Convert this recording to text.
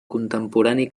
contemporani